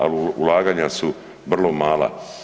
Ali ulaganja su vrlo mala.